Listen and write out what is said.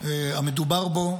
המדובר בו.